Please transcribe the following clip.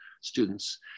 students